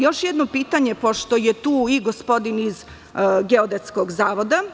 Još jedno pitanje, pošto je tu i gospodin iz Geodetskog zavoda.